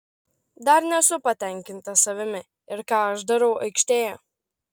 dar nesu patenkintas savimi ir ką aš darau aikštėje